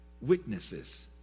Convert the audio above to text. witnesses